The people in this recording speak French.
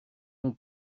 mon